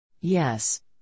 Yes